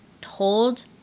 told